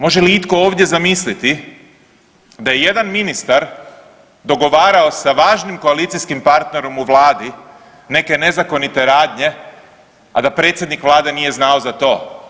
Može li itko ovdje zamisliti da je jedan ministar dogovarao sa važnim koalicijskim partnerom u Vladi neke nezakonite radnje, a da predsjednik Vlade nije znao za to.